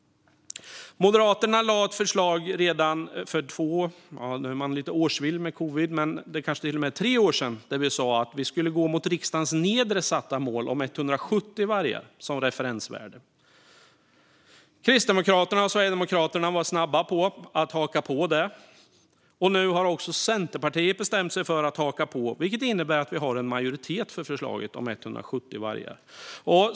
Nu är man lite årsvill efter covid-19, men Moderaterna lade ett förslag redan för två tre år sedan där vi sa att vi skulle gå mot riksdagens nedre satta mål om 170 vargar som referensvärde. Kristdemokraterna och Sverigedemokraterna var snabba att haka på detta. Nu har också Centerpartiet bestämt sig för att haka på, vilket innebär att vi har en majoritet för förslaget om 170 vargar.